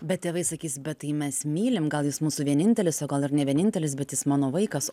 bet tėvai sakys bet tai mes mylim gal jis mūsų vienintelis o gal ir ne vienintelis bet jis mano vaikas